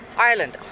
Ireland